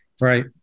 Right